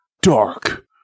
Dark